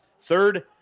Third